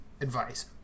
advice